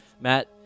Matt